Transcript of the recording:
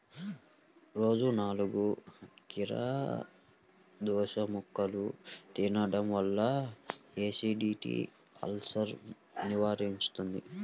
రోజూ నాలుగు కీరదోసముక్కలు తినడం వల్ల ఎసిడిటీ, అల్సర్సను నివారిస్తుంది